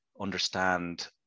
understand